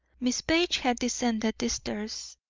miss page had descended the stairs,